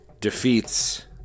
defeats